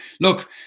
Look